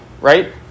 right